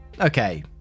okay